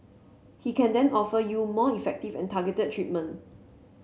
he can then offer you more effective and targeted treatment